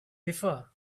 before